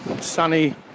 sunny